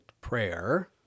prayer